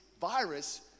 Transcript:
virus